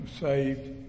saved